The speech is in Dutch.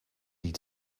die